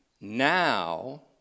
Now